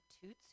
Toots